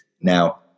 Now